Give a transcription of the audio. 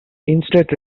instead